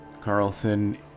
Carlson